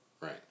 Right